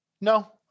No